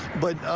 but